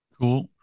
Cool